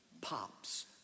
Pops